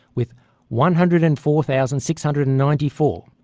with one hundred and four thousand six hundred and ninety four,